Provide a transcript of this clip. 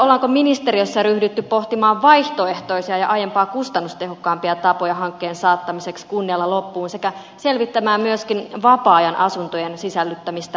onko ministeriössä ryhdytty pohtimaan vaihtoehtoisia ja aiempaa kustannustehokkaampia tapoja hankkeen saattamiseksi kunnialla loppuun sekä selvittämään myöskin vapaa ajanasuntojen sisällyttämistä laajakaistahankkeen piiriin